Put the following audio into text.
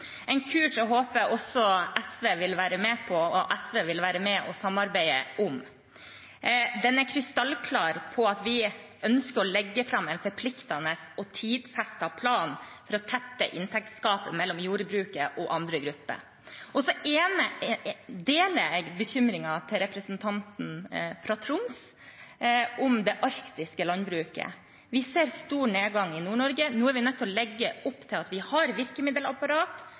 en kurs jeg håper også SV vil være med på og vil være med og samarbeide om. Den er krystallklar på at vi ønsker å legge fram en forpliktende og tidfestet plan for å tette inntektsgapet mellom jordbruket og andre grupper. Så deler jeg bekymringen til representanten fra Troms om det arktiske landbruket. Vi ser stor nedgang i Nord-Norge. Nå er vi nødt til å legge opp til at vi har et virkemiddelapparat